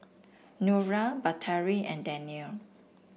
Nura Batari and Danial